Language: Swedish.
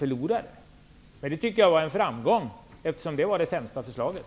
Jag tycker att det var en framgång, eftersom det var det sämsta förslaget.